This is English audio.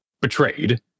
betrayed